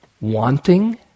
wanting